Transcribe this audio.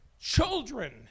children